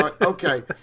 okay